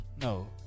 no